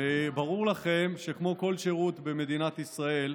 וברור לכם שכמו בכל שירות במדינת ישראל,